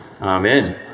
Amen